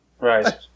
Right